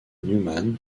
newman